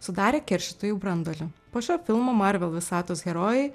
sudarė keršytojų branduolį po šio filmo marvel visatos herojai